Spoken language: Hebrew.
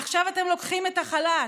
עכשיו אתם לוקחים את החל"ת.